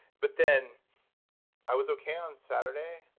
but then i was okay on saturday,